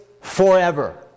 forever